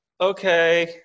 okay